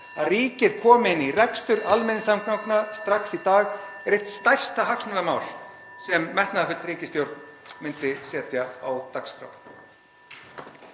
Að ríkið komi inn í rekstur almenningssamgangna strax í dag er eitt stærsta hagsmunamál sem metnaðarfull ríkisstjórn myndi setja á dagskrá.